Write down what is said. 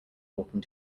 walking